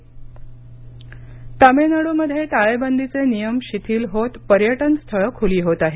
तमिळनाडू टाळेबंदी तमिळनाड्रमध्ये टाळेबंदीचे नियम शिथिल होत पर्यटन स्थळं खूली होत आहेत